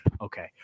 Okay